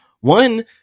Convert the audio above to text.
one